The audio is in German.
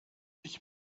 ich